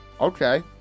Okay